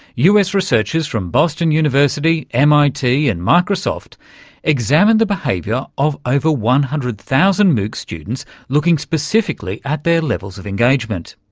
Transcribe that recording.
us researchers from boston university, mit and microsoft examined the behaviour of over one hundred thousand moocs students, looking specifically at their levels of engagement.